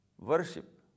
worship